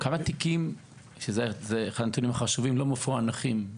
כמה תיקים לא מפוענחים,